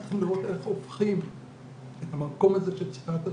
צריכים לראות איך הופכים את המקום הזה של פסיכיאטריה